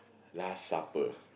last supper